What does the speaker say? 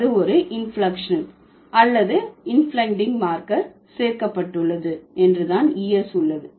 அது ஒரு இன்பிளெக்க்ஷனல் அல்லது இன்பிளெக்டிங் மார்க்கர் சேர்க்கப்பட்டுள்ளது என்று தான் es உள்ளது